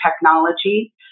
Technology